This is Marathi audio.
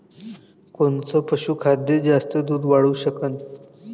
कोनचं पशुखाद्य जास्त दुध वाढवू शकन?